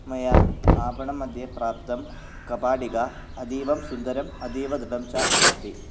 मया आपणमध्ये प्राप्तं कवाटिका अतीवं सुन्दरम् अतीवदृडं च अस्ति